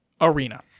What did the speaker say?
Arena